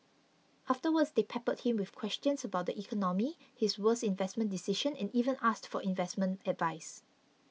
afterwards they peppered him with questions about the economy his worst investment decision and even asked for investment advice